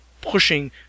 pushing